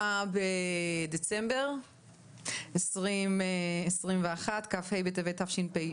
היום 29 בדצמבר 2021, כ"ה בטבת תשפ"ב.